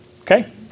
Okay